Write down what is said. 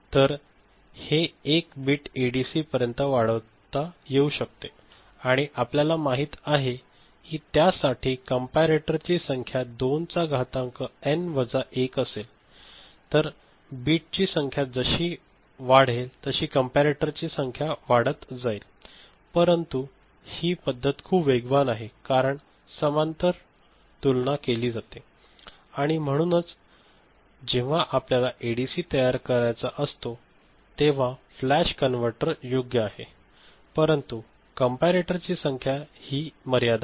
तर हे N bit ADC पर्यंत वाढवता येऊ शकते आणि आपल्याला माहित आहे कि त्या साठी कॅम्परेटर ची संख्या २ चा घातांक एन वजा १ असेल तर बिट ची संख्या जशी वाचेल तशी कॅम्परेटर ची संख्या वाढत जाईल परंतु हि पद्धत खूप वेगवान आहे कारण समांतर तुलना केली जात आहे आणि म्हणूनच जेव्हा आपल्याला एडीसी तयार करायचा असतो तेव्हा फ्लॅश कन्व्हर्टर योग्य आहे परंतु कॅम्परेटर ची संख्या हि मर्यादा